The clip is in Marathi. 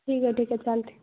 ठीक आहे ठीक आहे चालते